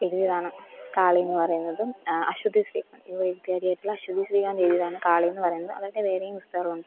എഴുതിയതാണ് കാളി എന്നു പറയുന്നതും അശ്വതി ശ്രീ യുവ എഴുത്തുകാരിയായിട്ടുള്ള അശ്വതി ശ്രീകാന്ത് എഴുതിയതാണ് കാളി എന്നു പറയുന്നത് അവരുടെ വേറേെയും പുസ്തകങ്ങളുണ്ട്